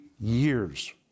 years